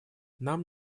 нам